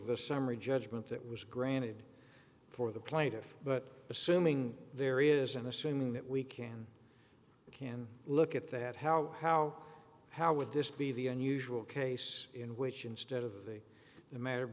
the summary judgment that was granted for the plaintiff but assuming there isn't assuming that we can we can look at that how how how would this be the unusual case in which instead of the matter